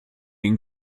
den